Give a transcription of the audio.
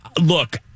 Look